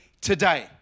today